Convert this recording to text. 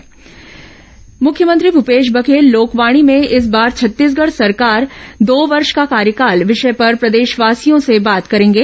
लोकवाणी मुख्यमंत्री भूपेश बघेल लोकवाणी में इस बार छत्तीसगढ़ सरकार दो वर्ष का कार्यकाल विषय पर प्रदेशवासियों से बात करेंगे